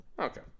Okay